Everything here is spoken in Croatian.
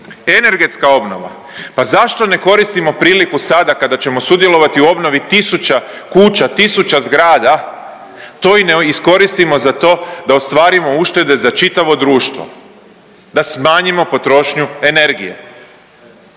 Energetska obnova, pa zašto ne koristimo priliku sada kada ćemo sudjelovati u obnovi tisuća kuća, tisuća zgrada to ne iskoristimo za to da ostvarimo uštede za čitavo društvo, da smanjimo potrošnju energije.